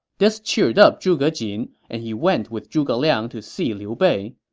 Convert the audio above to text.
this cheered up zhuge jin, and he went with zhuge liang to see liu bei.